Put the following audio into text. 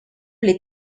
les